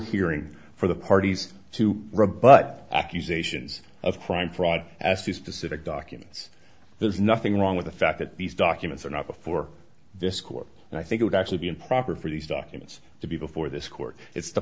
hearing for the parties to rebut accusations of crime fraud as the specific documents there's nothing wrong with the fact that these documents are not before this court and i think would actually be improper for these documents to be before this court it's the